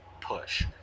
push